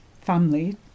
family